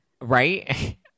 Right